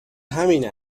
همین